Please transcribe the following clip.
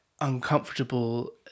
uncomfortable